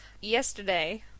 Yesterday